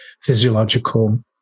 physiological